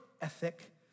ethic